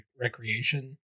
recreation